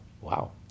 wow